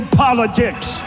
politics